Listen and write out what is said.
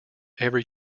every